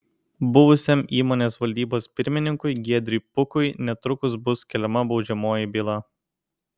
buvusiam įmonės valdybos pirmininkui giedriui pukui netrukus bus keliama baudžiamoji byla